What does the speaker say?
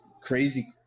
crazy